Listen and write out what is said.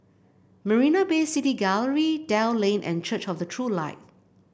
Marina Bay City Gallery Dell Lane and Church of the True Light